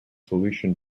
solution